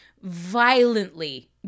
violently